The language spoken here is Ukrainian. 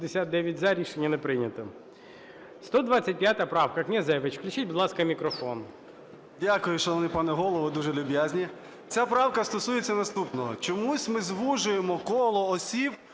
Дякую, шановний пане Голово. Ви дуже люб'язні. Ця правка стосується наступного. Чомусь ми звужуємо коло осіб,